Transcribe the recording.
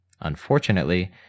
Unfortunately